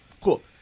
Cool